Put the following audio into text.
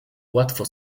łatwo